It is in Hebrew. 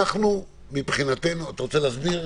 אתה רוצה להסביר